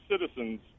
citizens